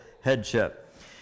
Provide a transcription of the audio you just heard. headship